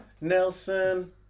Nelson